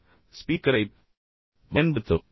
எனவே ஸ்பீக்கரைப் பயன்படுத்தவும்